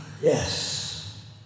Yes